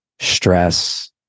stress